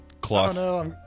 cloth